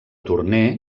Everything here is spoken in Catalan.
torner